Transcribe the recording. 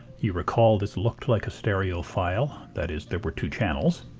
you recall this looked like a stereo file that is there were two channels